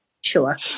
sure